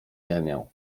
ziemię